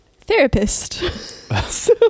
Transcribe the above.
therapist